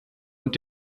und